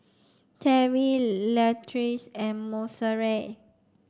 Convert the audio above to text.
Terri Latrice and Monserrat